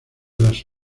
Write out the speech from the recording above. los